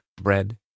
bread